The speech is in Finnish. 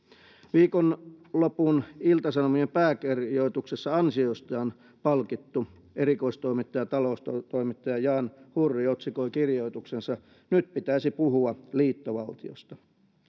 viikonlopun ilta sanomien pääkirjoituksessa ansioistaan palkittu erikoistoimittaja taloustoimittaja jan hurri otsikoi kirjoituksensa nyt pitäisi puhua liittovaltiosta